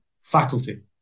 faculty